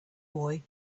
boy